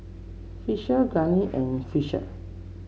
Fisher Glennie and Fisher